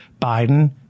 Biden